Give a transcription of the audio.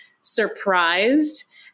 surprised